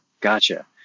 gotcha